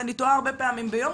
אני טועה הרבה פעמים ביום.